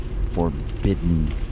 forbidden